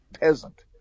peasant